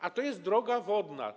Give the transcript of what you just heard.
A to jest droga wodna.